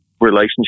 relationship